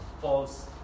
false